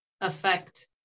affect